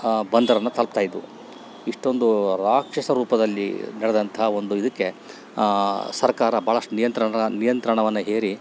ಆ ಬಂದರನ್ನ ತಲುಪ್ತಾ ಇದ್ವು ಇಷ್ಟೊಂದು ರಾಕ್ಷಸ ರೂಪದಲ್ಲಿ ನಡೆದಂಥಾ ಒಂದು ಇದಕ್ಕೆ ಸರ್ಕಾರ ಭಾಳಷ್ಟು ನಿಯಂತ್ರಣ ನಿಯಂತ್ರಣವನ್ನು ಹೇರಿ